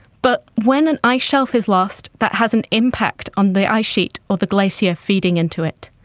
but when an ice shelf is lost, that has an impact on the ice sheet or the glacier feeding into it.